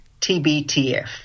TBTF